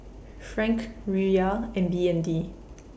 Franc Riyal and B N D